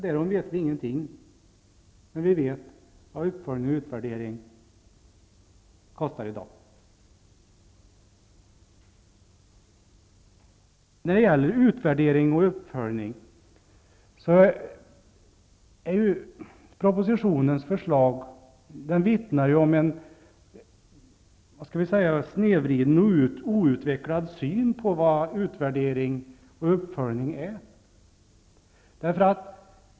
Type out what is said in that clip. Därom vet vi ingenting. Men vi vet vad uppföljning och utvärdering kostar i dag. Propositionens förslag vittnar om en snedvriden och outvecklad syn på vad utvärdering och uppföljning är.